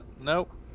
Nope